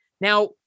Now